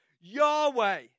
Yahweh